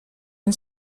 een